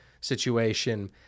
situation